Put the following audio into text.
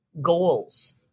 goals